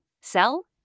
sell